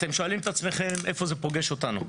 אתם שואלים את עצמכם, איפה זה פוגש אותנו?